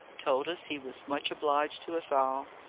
told us he was much obliged to us all.